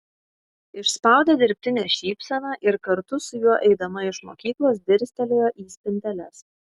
išspaudė dirbtinę šypseną ir kartu su juo eidama iš mokyklos dirstelėjo į spinteles